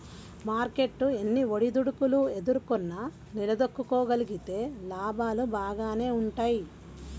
market ఎన్ని ఒడిదుడుకులు ఎదుర్కొన్నా నిలదొక్కుకోగలిగితే లాభాలు బాగానే వుంటయ్యి